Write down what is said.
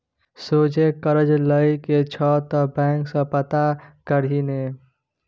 सोझे करज लए के छौ त बैंक सँ पता करही ने